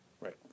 Right